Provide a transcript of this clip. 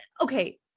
okay